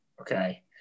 Okay